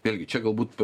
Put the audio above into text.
vėlgi čia galbūt